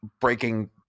breaking